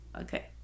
Okay